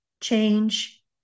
change